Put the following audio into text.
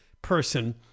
person